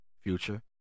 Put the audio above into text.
Future